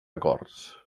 acords